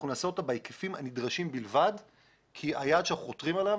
אנחנו נעשה אותה בהיקפים הנדרשים בלבד כי היעד שאנחנו חותרים אליו